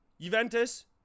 Juventus